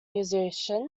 musician